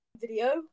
video